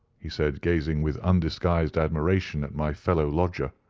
he said, gazing with undisguised admiration at my fellow-lodger.